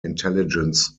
intelligence